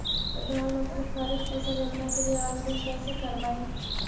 प्रधानमंत्री खारिफ फ़सल योजना के लिए आवेदन कैसे करबइ?